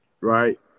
right